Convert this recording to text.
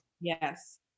yes